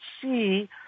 see